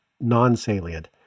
non-salient